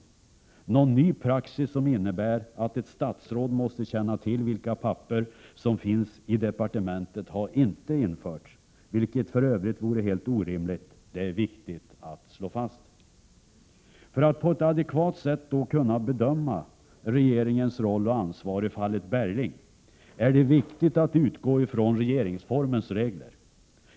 Någon ny praxis som innebär att ett statsråd måste känna till vilka papper som finns i departementet har inte införts, vilket för övrigt vore helt orimligt. Det är viktigt att slå fast detta. För att på ett adekvat sätt kunna bedöma regeringens roll och ansvar i fallet Bergling är det viktigt att utgå från regeringsformens regler.